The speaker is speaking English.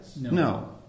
No